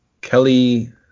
Kelly